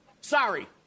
Sorry